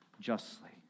justly